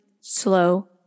slow